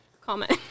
comment